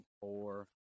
four